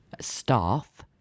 staff